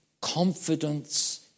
confidence